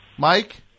Mike